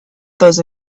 those